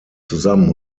zusammen